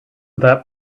that